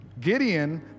Gideon